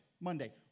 Monday